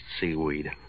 seaweed